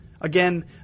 Again